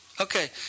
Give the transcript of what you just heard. Okay